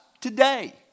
today